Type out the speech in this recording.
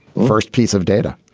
first piece of data